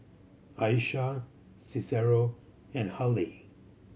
Aisha Cicero and Hallie